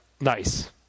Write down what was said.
Nice